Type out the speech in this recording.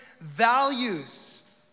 values